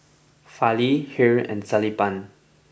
Fali Hri and Sellapan